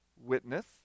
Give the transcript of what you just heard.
witness